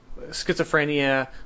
schizophrenia